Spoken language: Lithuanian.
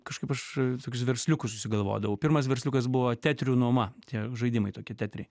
kažkaip aš tokius versliukus susigalvodavau pirmas versliukas buvo tetrių nuoma tie žaidimai tokie tetriai